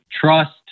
Trust